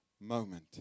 moment